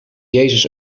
jezus